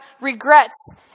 regrets